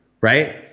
right